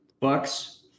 Bucks